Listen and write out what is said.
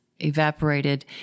evaporated